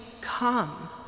come